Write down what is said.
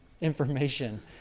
information